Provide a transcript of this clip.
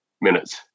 minutes